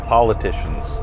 Politicians